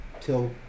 till